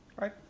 Right